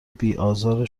بیآزار